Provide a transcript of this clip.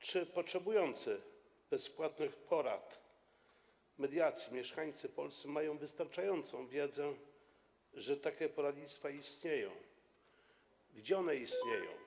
Czy potrzebujący bezpłatnych porad, mediacji mieszkańcy Polski mają wystarczającą wiedzę, że takie poradnictwo istnieje, gdzie ono istnieje?